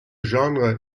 genre